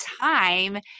time